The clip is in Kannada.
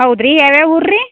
ಹೌದು ರೀ ಯಾವ್ಯಾವ ಊರು ರೀ